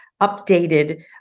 updated